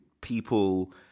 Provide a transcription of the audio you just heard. people